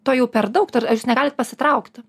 to jau per daug ar jūs negalit pasitraukti